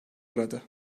uğradı